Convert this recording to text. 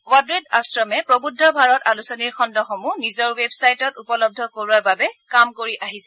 অদ্বেত আশ্ৰমে প্ৰবুদ্ধ ভাৰত আলোচনীৰ খণ্ডসমূহ নিজৰ ৱেব ছাইটত উপলব্ধ কৰোৱাৰ বাবে কাম কৰি আছে